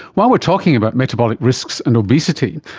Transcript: while we are talking about metabolic risks and obesity,